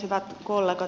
hyvät kollegat